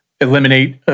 eliminate